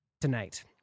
tonight